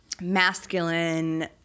masculine